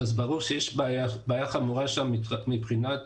ברור שיש בעיה חמורה שם מבחינת